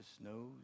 knows